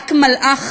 רק מלאך